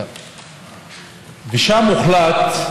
שם הוחלט,